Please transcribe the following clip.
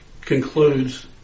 concludes